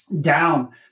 down